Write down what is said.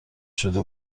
شده